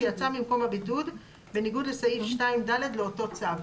ממקום הבידוד בניגוד לסעיף 2(ד) לאותו צו,"